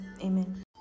Amen